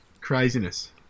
craziness